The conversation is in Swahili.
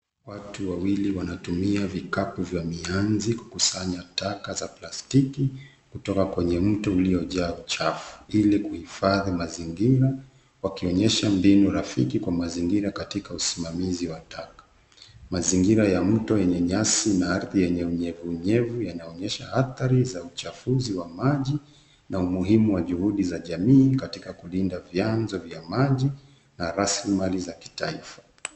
Watu wawili wanatumia vikapu vya mianzi kukusanya taka za plastiki, kutoka kwenye mto uliojaa uchafu ili kuhifadhi mazingira, wakionyesha mbinu rafiki kwa mazingira katika usimamizi wa taka. Mazingira ya mto yenye nyasi na ardhi yenye unyevunyevu yanaonyesha adhari za uchafuzi wa maji, na umuhimu wa juhudi za jamii katika kulinda vianzo vya maji na rasilimali za kitaifa.